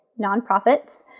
nonprofits